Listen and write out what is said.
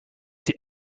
sie